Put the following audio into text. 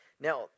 Now